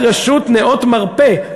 סעיף 34(ב) לחוק רשות נאות מרפא,